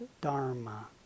dharma